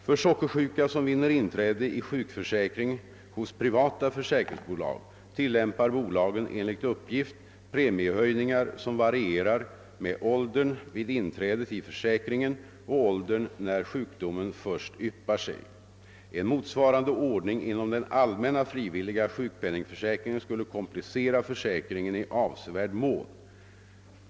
För sockersjuka, som vinner inträde i sjukförsäkring hos privata försäkringsbolag, tillämpar bolagen enligt uppgift premiehöjningar, som varierar med åldern vid inträdet i försäkringen och åldern när sjukdomen först yppade sig. En motsvarande ordning inom den allmänna frivilliga sjukpenningförsäkringen skulle komplicera försäkringen i avsevärd mån.